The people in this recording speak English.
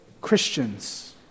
Christians